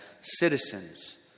citizens